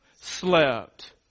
slept